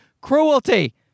cruelty